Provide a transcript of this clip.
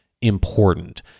important